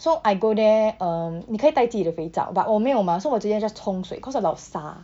so I go there um 你可以带自己的肥皂 but 我没有 mah so 我直接 just 冲水 because a lot of 沙